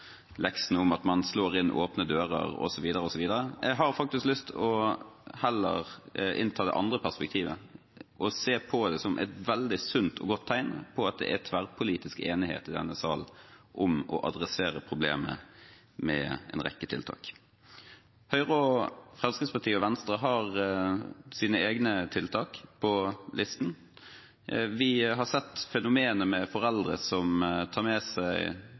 leksen om å slå inn åpne dører osv., men jeg har heller lyst til å innta det andre perspektivet, å se på det som et veldig sunt og godt tegn på tverrpolitisk enighet i denne salen om å adressere problemet med en rekke tiltak. Høyre, Fremskrittspartiet og Venstre har sine egne tiltak på listen. Vi har sett fenomenet med foreldre som tar med seg